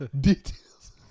Details